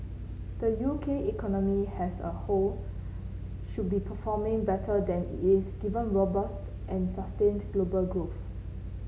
the U K economy has a whole should be performing better than it is given robust and sustained global growth